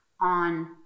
on